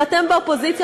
ואתם באופוזיציה,